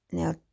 Now